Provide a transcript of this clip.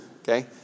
Okay